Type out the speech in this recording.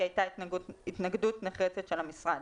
כי הייתה התנגדות נחרצת של המשרד.